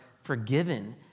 forgiven